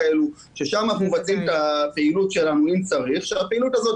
שם אנחנו מבצעים את הפעילות שלנו אם צריך והפעילות הזאת